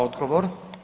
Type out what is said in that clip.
Odgovor.